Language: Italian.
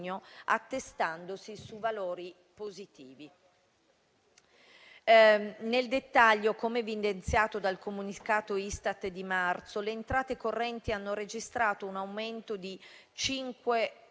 attestandosi su valori positivi. Nel dettaglio, come evidenziato dal comunicato Istat di marzo, le entrate correnti hanno registrato un aumento del